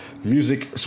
music